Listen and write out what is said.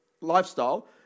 lifestyle